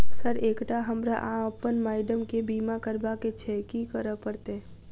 Sir एकटा हमरा आ अप्पन माइडम केँ बीमा करबाक केँ छैय की करऽ परतै?